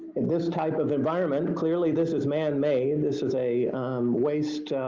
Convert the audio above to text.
and this type of environment clearly this is manmade, this is a waste